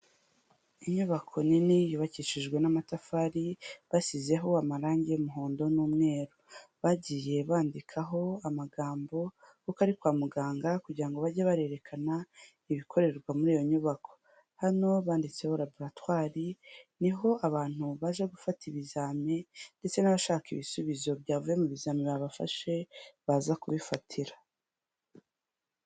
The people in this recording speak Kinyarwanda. Inyubako nini yubakishijwe n'amatafari basizeho amarange y'umuhondo n'umweru, bagiye bandikaho amagambo kuko ari kwa muganga kugira ngo bajye barerekana ibikorerwa muri iyo nyubako, hano banditseho raburatwari ni aho abantu baje gufata ibizami ndetse n'abashaka ibisubizo byavuye mu bizami babafashe baza kubifatira.